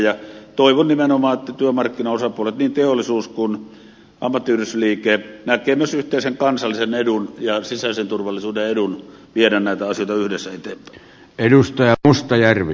ja toivon nimenomaan että työmarkkinaosapuolet niin teollisuus kuin ammattiyhdistysliike näkevät myös yhteisen kansallisen edun ja sisäisen turvallisuuden edun viedä näitä asioita yhdessä eteenpäin